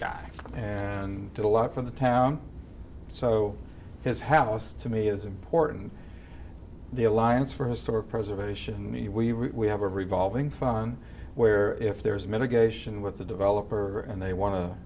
guy and did a lot from the town so his house to me is important the alliance for historic preservation me we have a revolving fund where if there's a mitigation with the developer and they want to